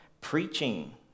preaching